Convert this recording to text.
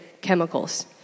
chemicals